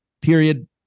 Period